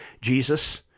Jesus